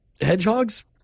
hedgehogs